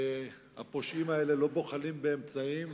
הפושעים האלה לא בוחלים באמצעים,